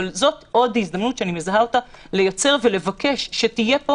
אבל זו עוד הזדמנות שאני מזהה אותה לייצר ולבקש שתהיה פה